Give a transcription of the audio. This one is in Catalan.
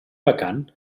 vacant